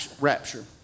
rapture